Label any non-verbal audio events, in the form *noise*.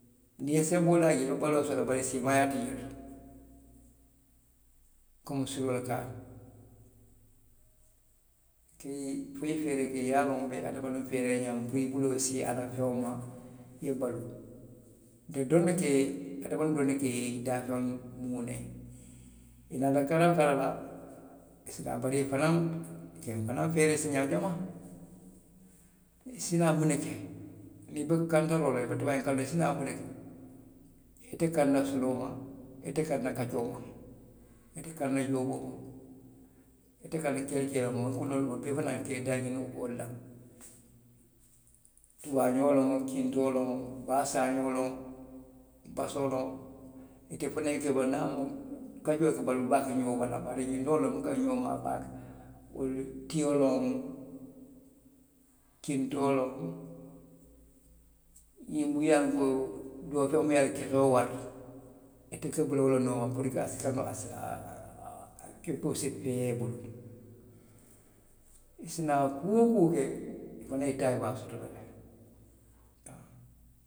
Niŋ i ye senboo laa jee, i be baloo soto la bari siimaaya ti jee *unintelligible* fo i ye feere ke, i ye a loŋ i ka hadamdiŋolu feere ñaamiŋ puru i buloo ye sii a la feŋo ma i ye baluu wo doroŋ ne ke hadamadiŋo doroŋ ne ke daafeŋolu muunee i naata tara a bala i si naa tara i fanaŋ i si fanaŋ feere siiñaa jamaa i si naa munne ke, niŋ i be kantaroo la i be tubaañi kantoo la i si naa munne ke i te kana la suloo ma, i te kana la kaccoo ma, i te kana la jooboo ma, i te kana kelekeloo ma wo kunu doolu fanaŋ ka i daañiŋ wo le la, tubaañoo loŋ, kintoo loŋ, baasaañoo loŋ, basoo loŋ, itelu fanaŋ kaccoolu ka baluu baake ñoo bala bari ñiŋ doolu buka ñoo maa baake, tiyoo loŋ, kintoo loŋ ñinnu miŋ ye a loŋ ko, doofeŋolu minnu ye a loŋ i kesoo warata i ka bula wo le nooma puru.